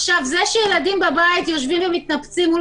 זה שילדים בבית יושבים ומתנפצים מול